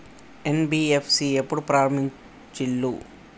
NBFC ఎప్పుడు ప్రారంభించిల్లు?